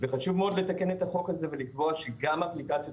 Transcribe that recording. וחשוב מאוד לתקן את החוק הזה ולקבוע שגם אפליקציות